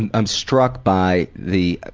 and i'm struck by the,